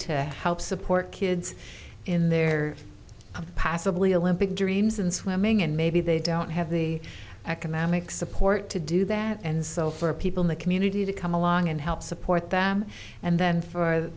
to help support kids in their passably olympic dreams and swimming and maybe they don't have the economic support to do that and so for people in the community to come along and help support them and then for